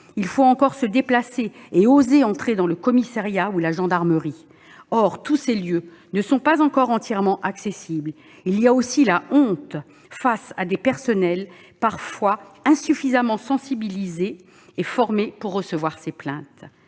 il faut encore se déplacer et oser entrer dans le commissariat ou la gendarmerie. Or tous ces lieux ne sont pas encore entièrement accessibles. Il y a aussi la honte, face à des personnels parfois insuffisamment sensibilisés et formés pour recevoir ces plaintes.